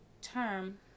term